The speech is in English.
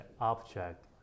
object